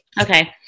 Okay